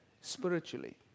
spiritually